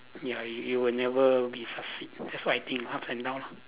ya you you would never be succeed that's what I think up and down ah